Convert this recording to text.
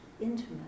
intimate